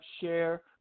share